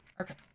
Okay